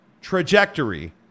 trajectory